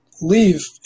leave